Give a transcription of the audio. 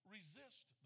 Resist